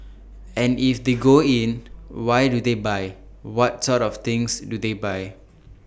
and if they go in why do they buy what sort of things do they buy